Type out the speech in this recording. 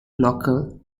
local